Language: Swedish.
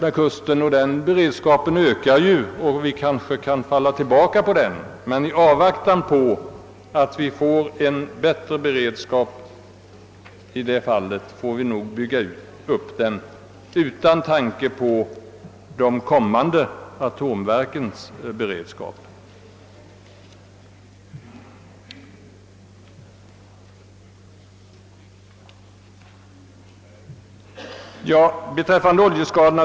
Deras beredskap ökar och vi kan kanske falla tillbaka på den, men i avvaktan därpå får vi nog bygga upp vår allmänna bered skap utan tanke på de kommande atomvärmeverkens beredskap.